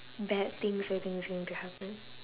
bad things I think is going to happen